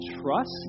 trust